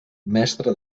mestre